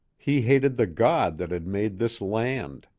he hated the god that had made this land.